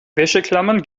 wäscheklammern